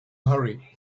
hurry